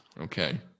okay